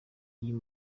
uyu